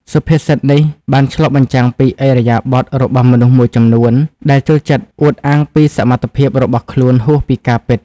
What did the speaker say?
សុភាសិតនេះបានឆ្លុះបញ្ចាំងពីឥរិយាបថរបស់មនុស្សមួយចំនួនដែលចូលចិត្តអួតអាងពីសមត្ថភាពរបស់ខ្លួនហួសពីការពិត។